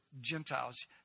Gentiles